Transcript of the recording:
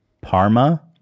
parma